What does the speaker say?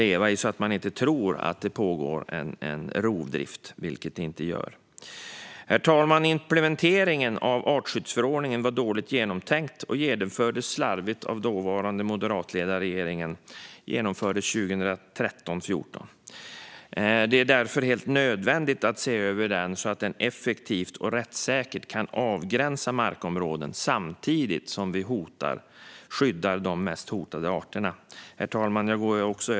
Detta för att de inte ska tro att det pågår en rovdrift, vilket det inte gör. Herr talman! Implementeringen av artskyddsförordningen var dåligt genomtänkt och genomfördes slarvigt av den dåvarande moderatledda regeringen. Den genomfördes 2013-2014. Det är därför helt nödvändigt att se över den, så att markområden effektivt och rättssäkert kan avgränsas samtidigt som vi skyddar de mest hotade arterna.